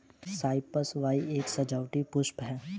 Cyprus vine एक सजावटी पुष्प है